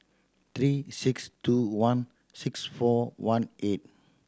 three six two one six four one eight